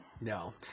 No